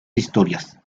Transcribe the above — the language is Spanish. historias